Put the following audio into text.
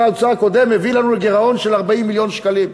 האוצר הקודם הביא לגירעון של 40 מיליון שקלים.